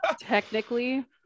technically